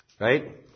right